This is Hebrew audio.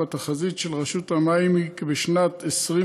והתחזית של רשות המים היא כי בשנת 2050